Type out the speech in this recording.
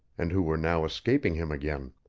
and who were now escaping him again.